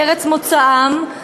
ארץ מוצאם,